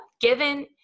given